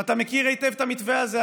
ואתה מכיר היטב את המתווה הזה,